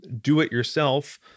do-it-yourself